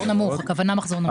הכוונה מחזור נמוך.